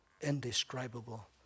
indescribable